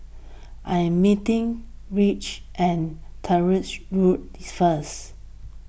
I am meeting Erich at Tyrwhitt Road first